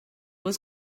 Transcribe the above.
was